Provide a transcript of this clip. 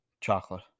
Chocolate